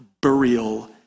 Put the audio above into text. burial